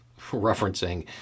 referencing